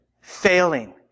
failing